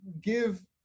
give